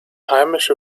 heimische